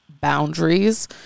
boundaries